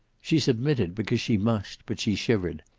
she submitted, because she must, but she shivered.